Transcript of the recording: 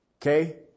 Okay